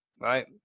right